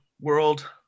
world